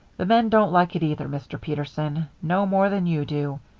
the men don't like it either, mr. peterson. no more than you do.